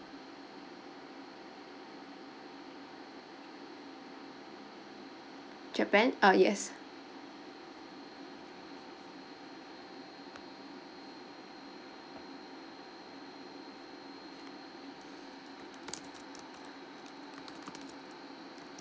japan uh yes